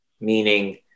meaning